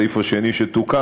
הסעיף השני שתוקן,